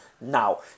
Now